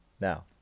Now